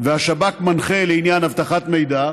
והשב"כ מנחה לעניין אבטחת מידע,